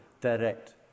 direct